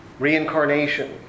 Reincarnation